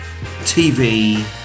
TV